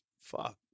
fuck